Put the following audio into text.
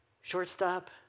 Shortstop